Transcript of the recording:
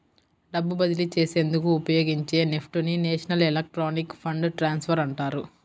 డబ్బు బదిలీ చేసేందుకు ఉపయోగించే నెఫ్ట్ ని నేషనల్ ఎలక్ట్రానిక్ ఫండ్ ట్రాన్స్ఫర్ అంటారు